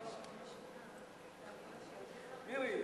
מירי,